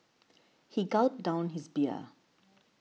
he gulped down his beer